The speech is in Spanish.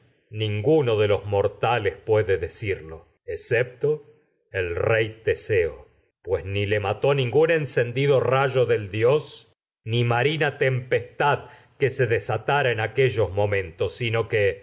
ninguno de los mortales puede decirlo excepto el rey teseo pues ni le mató ningún encendido rayo del dios ni marina tem pestad que se desatara en aquellos momentos o sino que